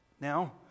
Now